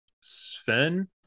sven